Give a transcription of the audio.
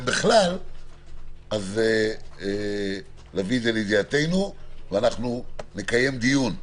בכלל אז להביא את זה לידיעתנו ונקיים דיון,